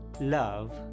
Love